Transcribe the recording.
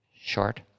short